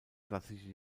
klassische